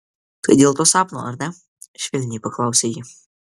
tai dėl to sapno ar ne švelniai paklausė ji